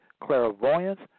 clairvoyance